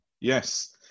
Yes